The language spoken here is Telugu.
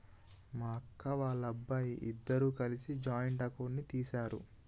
మా అక్క, వాళ్ళబ్బాయి ఇద్దరూ కలిసి జాయింట్ అకౌంట్ ని తీశారు